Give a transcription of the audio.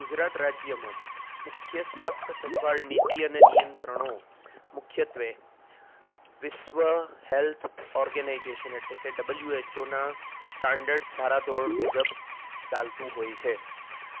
ગુજરાત રાજ્યમાં મુખ્ય સ્વાસ્થ્ય સંભાળ નીતિ અને નિયંત્રણો મુખ્યત્ત્વે વિશ્વ હેલ્થ ઓર્ગેનાઇજેશન એટલે ડબલ્યુએચઓનાં સ્ટાન્ડર્ડ ધારા ધોરણ મુજબ ચાલતું હોય છે